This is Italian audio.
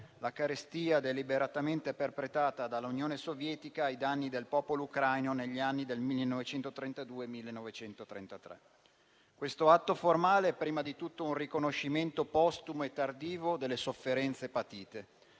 la carestia deliberatamente perpetrata dall'Unione Sovietica ai danni del popolo ucraino negli anni 1932-1933. Questo atto formale è prima di tutto un riconoscimento postumo e tardivo delle sofferenze patite,